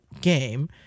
game